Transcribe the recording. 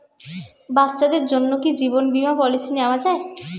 বাচ্চাদের জন্য কি জীবন বীমা পলিসি নেওয়া যায়?